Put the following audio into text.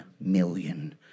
million